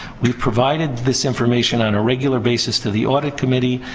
we provided this information on a regular basis to the audit committee.